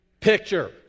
picture